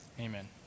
Amen